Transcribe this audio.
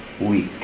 week